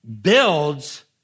builds